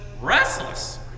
restless